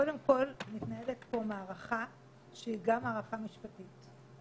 קודם כול מתנהלת פה מערכה שהיא גם מערכה משפטית.